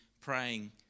praying